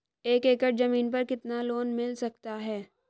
एक एकड़ जमीन पर कितना लोन मिल सकता है?